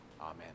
Amen